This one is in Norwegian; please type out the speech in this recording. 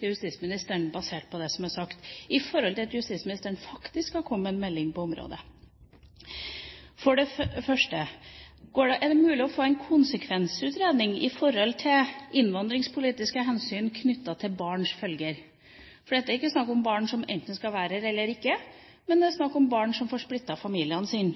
til justisministeren, basert på det som er sagt, i og med at justisministeren faktisk skal komme med en melding på området. For det første: Er det mulig å få en konsekvensutredning når det gjelder innvandringspolitiske hensyn knyttet til følger for barna. Dette er ikke snakk om barn som enten skal være her eller ikke, men det er snakk om barn som får splittet familiene sine.